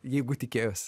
jeigu tikėjos